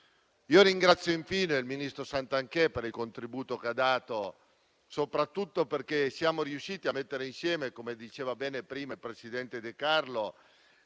Ringrazio infine il ministro Garnero Santanchè per il contributo che ha dato, soprattutto perché siamo riusciti a mettere insieme - come diceva bene prima il presidente De Carlo